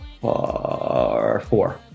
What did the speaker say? four